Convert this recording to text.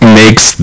makes